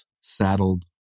saddled